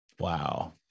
Wow